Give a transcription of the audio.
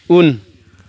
उन